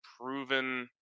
proven